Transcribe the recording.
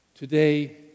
Today